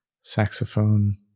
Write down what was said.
Saxophone